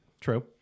True